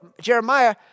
Jeremiah